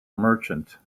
merchant